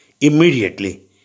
immediately